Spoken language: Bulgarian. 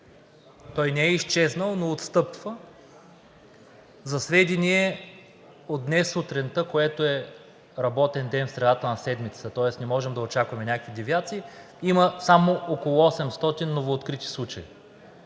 Той не е изчезнал, но отстъпва. За сведение, от днес сутринта, което е работен ден в средата на седмицата, тоест не можем да очакваме някакви девиации, има само около 800 новооткрити случая.